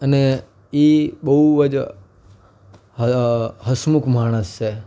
અને એ બહુ જ હસમુખ માણસ છે